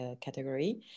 category